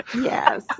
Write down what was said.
Yes